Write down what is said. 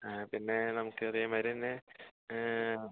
ആ പിന്നേ നമുക്ക് അതേമാതിരി തന്നെ